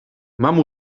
mam